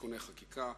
השפה הרשמית השנייה,